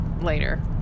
later